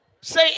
Say